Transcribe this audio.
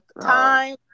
time